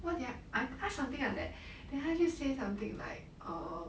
what did I I ask something like that then 他就 say something like err